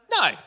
No